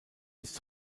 ist